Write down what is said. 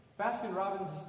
Baskin-Robbins